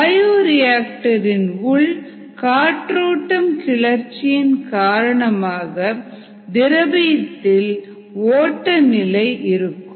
bioreactor இன் உள் காற்றோட்டம் கிளர்ச்சியின் காரணமாக திரவியத்தில் ஓட்ட நிலை இருக்கும்